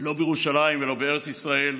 לא בירושלים ולא בארץ ישראל.